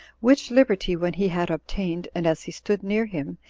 which liberty, when he had obtained, and as he stood near him,